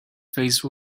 face